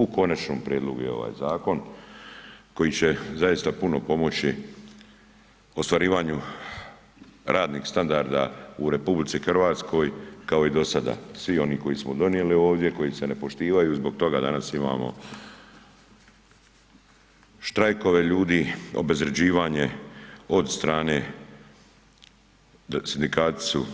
U konačnom prijedlogu je ovaj zakon koji će zaista puno pomoći u ostvarivanju radnih standarda u RH kao i do sada, svi oni koje smo donijeli ovdje, koji se ne poštuju i zbog toga danas imamo štrajkove ljudi, obezvrjeđivanje od strane, sindikati su,